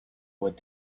what